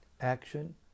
action